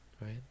right